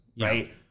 right